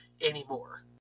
anymore